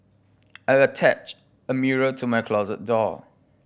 I attached a mirror to my closet door